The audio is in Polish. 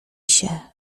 się